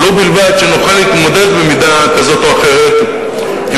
ובלבד שנוכל להתמודד במידה כזו או אחרת עם